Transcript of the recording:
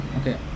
Okay